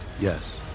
Yes